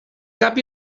cap